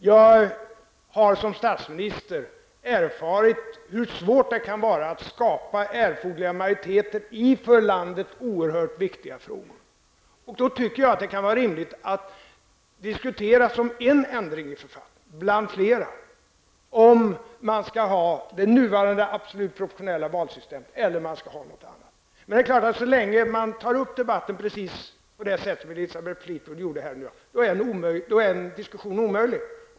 Jag har som statsminister erfarit hur svårt det kan vara att skapa erforderliga majoriteter i för landet oerhört viktiga frågor. Då vore det rimligt att som en ändring, bland flera, i författningen diskutera om man skall behålla det nuvarande absoluta proportionella valsystemet eller om man skall införa något annat system. Så länge man för debatten på det sätt som Elisabeth Fleetwood gör här i dag är det klart att en diskussion är omöjlig.